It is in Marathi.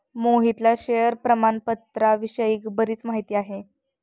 मोहितला शेअर प्रामाणपत्राविषयी बरीच माहिती आहे